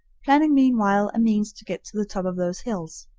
planning meanwhile a means to get to the top of those hills.